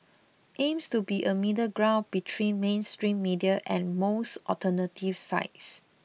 aims to be a middle ground between mainstream media and most alternative sites